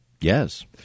Yes